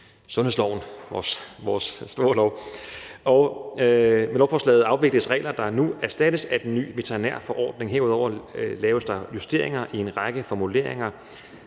sundhedsloven, vores store lov, og med lovforslaget afvikles regler, der nu erstattes af den nye veterinærforordning. Herudover laves der justeringer i en række formuleringer,